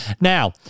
Now